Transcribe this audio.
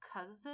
cousin